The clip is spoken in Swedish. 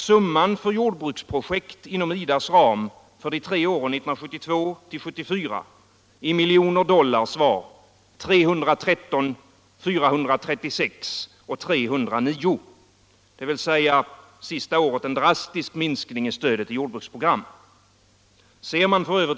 Summan för jordbruksprojekt inom IDA:s ram var för de tre åren 1972-1974 i miljoner dollar: 313, 436 och 309 —- dvs. sista året en drastisk minskning i stödet till jordbruksprogram. Ser man f.ö.